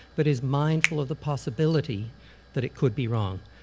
but is mindful of the possibility that it could be wrong.